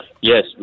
Yes